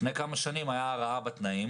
לפני כמה שנים הייתה הרעה בתנאים